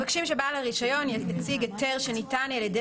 אנחנו מבקשים שבעל הרישיון יציג היתר שניתן על ידי